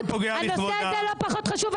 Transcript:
הנושא הזה לא פחות חשוב.